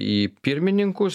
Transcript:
į pirmininkus